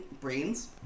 brains